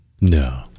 No